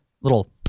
Little